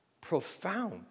profound